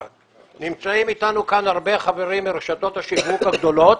נמצאים אתנו כאן הרבה חברים מרשתות השיווק הגדולות